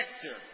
sector